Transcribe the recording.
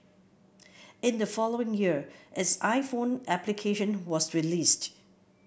in the following year its iPhone application was released